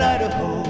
Idaho